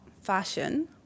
fashion